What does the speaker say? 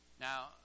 Now